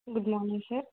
good morning sir